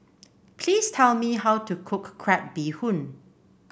please tell me how to cook Crab Bee Hoon